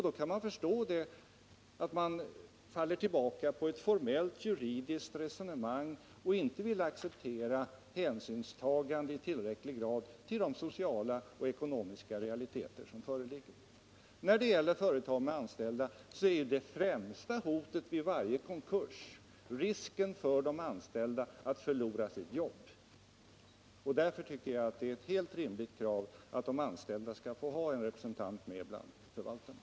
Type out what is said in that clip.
Då kan jag förstå att man faller tillbaka på ett formellt juridiskt resonemang och inte i tillräcklig grad vill acceptera ett hänsynstagande till de sociala och ekonomiska realiteter som föreligger. När det gäller företag med anställda är hotet vid varje konkurs främst risken för de anställda att förlora sina jobb. Därför tycker jag det är ett helt rimligt krav att de anställda skall få ha en representant med bland förvaltarna.